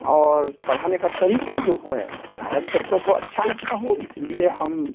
और पढ़ाने का तरीका जो है शायद बच्चों को अच्छा लगता हो इसलिए हम